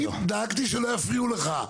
דאגתי שלא יפריעו לך.